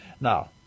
Now